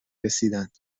رسیدند